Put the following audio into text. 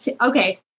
okay